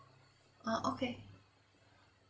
uh okay